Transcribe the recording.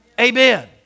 Amen